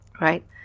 right